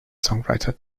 songwriter